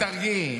טלי, תרגיעי.